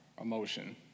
emotion